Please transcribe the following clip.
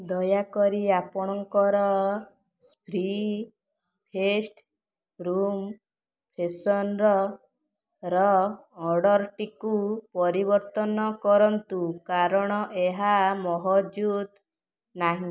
ଦୟାକରି ଆପଣଙ୍କର spring fest room freshener ର ଅର୍ଡ଼ର୍ଟିକୁ ପରିବର୍ତ୍ତନ କରନ୍ତୁ କାରଣ ଏହା ମହଜୁଦ୍ ନାହିଁ